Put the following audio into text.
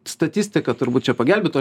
statistika turbūt čia pagelbėtų